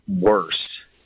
worse